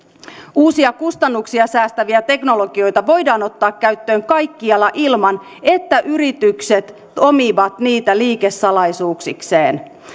uusia kustannuksia säästäviä teknologioita voidaan ottaa käyttöön kaikkialla ilman että yritykset omivat niitä liikesalaisuuksikseen